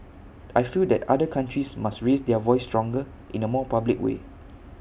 I feel that other countries must raise their voice stronger in A more public way